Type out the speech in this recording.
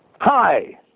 Hi